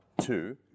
two